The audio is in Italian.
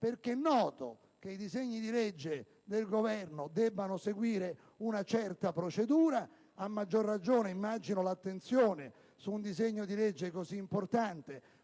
perché è noto che i disegni di legge del Governo debbano seguire una certa procedura. A maggior ragione immagino l'attenzione su un disegno di legge così importante